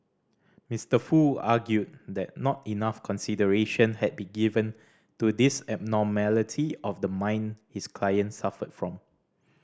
Mister Foo argued that not enough consideration had been given to this abnormality of the mind his client suffered from